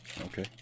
Okay